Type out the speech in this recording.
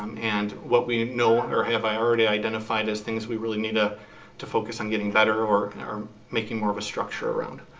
um and what we have, you know or have i already identified as things we really need ah to focus on getting better or or making more of a structure around.